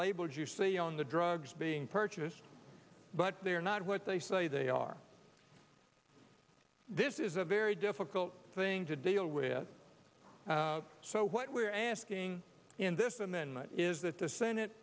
labels you see on the drugs being purchased but they're not what they say they are this is a very difficult thing to deal with so what we're asking in this amendment is that the senate